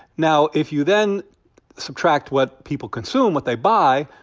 now, if you then subtract what people consume, what they buy,